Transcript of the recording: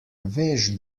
veš